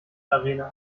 arena